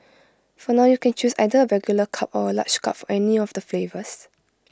for now you can choose either A regular cup or A large cup for any of the flavours